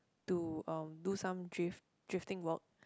to um do some drift drifting work